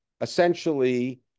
essentially